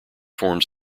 forms